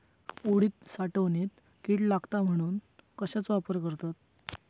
उडीद साठवणीत कीड लागात म्हणून कश्याचो वापर करतत?